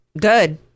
Good